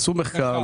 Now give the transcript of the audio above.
עשו מחקר,